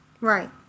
Right